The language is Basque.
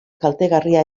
kaltegarria